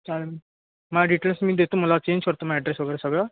चालेल माझ्या डिटेल्स मी देतो मला चेंज करतो मग ॲड्रेस वगैरे सगळं